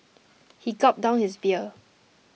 he gulped down his beer